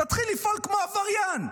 תתחיל לפעול כמו עבריין.